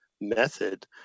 method